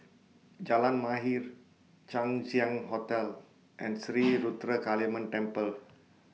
Jalan Mahir Chang Ziang Hotel and Sri Ruthra Kaliamman Temple